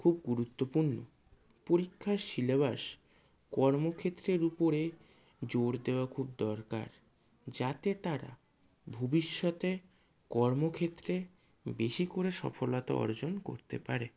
খুব গুরুত্বপূর্ণ পরীক্ষায় সিলেবাস কর্মক্ষেত্রের উপরে জোর দেওয়া খুব দরকার যাতে তারা ভবিষ্যতে কর্মক্ষেত্রে বেশি করে সফলতা অর্জন করতে পারে